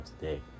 today